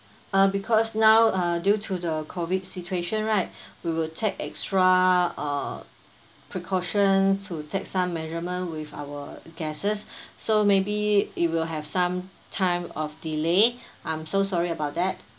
uh because now uh due to the COVID situation right we will take extra uh precaution to take some measurement with our guests so maybe it will have some time of delay I'm so sorry about that